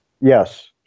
Yes